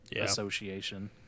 association